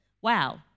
Wow